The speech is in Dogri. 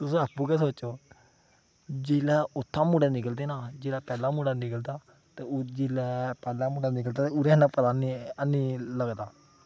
तुस आपूं गै सोचो जेल्लै उत्थुआं मुड़े निकलदे न जेल्लै पैह्ला मुड़ा निकलदा ते ओह् जेल्लै ह्ला मुड़ा निकलदा ते ओह्दा इन्ना पता हैनी लगदा